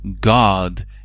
God